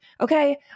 okay